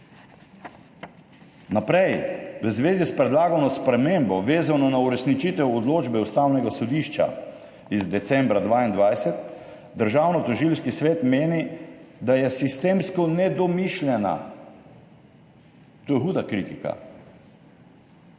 Naprej. V zvezi s predlagano spremembo, vezano na uresničitev odločbe Ustavnega sodišča iz decembra 2022, Državnotožilski svet meni, da je sistemsko nedomišljena. To je huda kritika.